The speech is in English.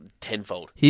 tenfold